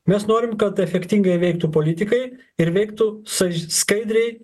mes norim kad efektingai veiktų politikai ir veiktų saž skaidriai